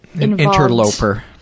interloper